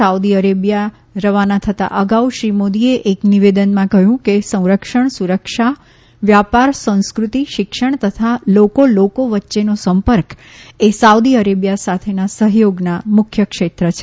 Saudi Arabia રવાના થતાં અગાઉ શ્રી મોદીએ એક નિવેદનમાં કહયું કે સંરક્ષણ સુરક્ષા વ્યાપાર સંસ્કૃતિ શિક્ષણ તથા લોકો લોકો વચ્ચેનો સંપર્ક એ સાઉદી અરેબીયા સાથેના સહયોગના મુખ્ય ક્ષેત્ર છે